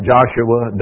Joshua